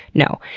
no.